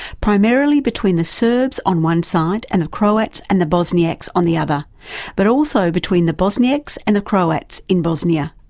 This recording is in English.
primarily between the serbs on one side and the croats and the bosniaks on the other but also between the bosniaks and the croats in bosnia.